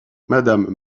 madame